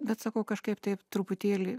bet sakau kažkaip taip truputėlį